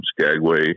Skagway